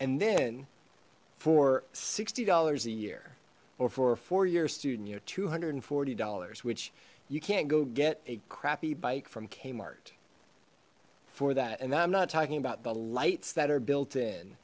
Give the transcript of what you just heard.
and then for sixty dollars a year or for a four year student you know two hundred and forty dollars which you can't go get a crappy bike from kmart for that and i'm not talking about the lights that are built in